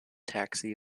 taxi